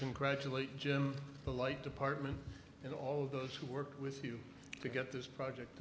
congratulate jim the light department and all those who worked with you to get this project